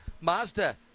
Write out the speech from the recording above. Mazda